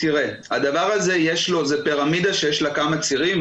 זה פירמידה שיש לה כמה צירים,